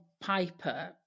Piper